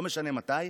לא משנה מתי.